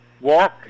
walk